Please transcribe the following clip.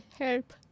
Help